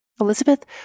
Elizabeth